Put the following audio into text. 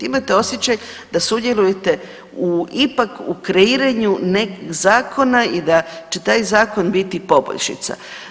Imate osjećaj da sudjelujete ipak u kreiranju zakona i da će taj zakon biti poboljšica.